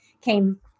came